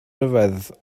ryfedd